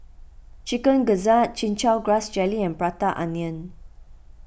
Chicken Gizzard Chin Chow Grass Jelly and Prata Onion